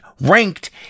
ranked